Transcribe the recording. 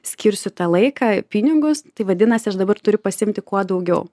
skirsiu tą laiką pinigus tai vadinasi aš dabar turiu pasiimti kuo daugiau